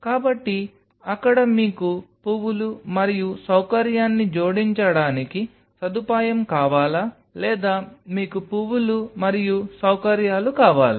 కాబట్టి అక్కడ మీకు పువ్వులు మరియు సౌకర్యాన్ని జోడించడానికి సదుపాయం కావాలా లేదా మీకు పువ్వులు మరియు సౌకర్యాలు కావాలా